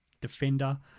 defender